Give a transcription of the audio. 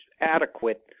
adequate